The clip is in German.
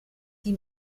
die